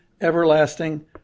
everlasting